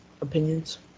opinions